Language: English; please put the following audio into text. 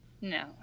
no